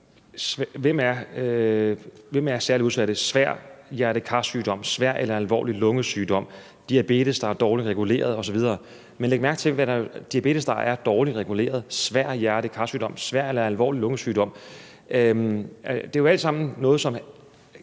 der er særligt udsat: Svær hjerte-kar-sygdom; svær eller alvorlig lungesygdom; diabetes, der er dårligt reguleret osv. Men læg mærke til, hvad der står: Diabetes, der er dårligt reguleret; svær hjerte-kar-sygdom; svær eller alvorlig lungesygdom. Det er jo alt sammen noget, som